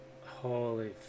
holy